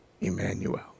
Emmanuel